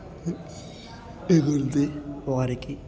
ఎగిరిది వారికి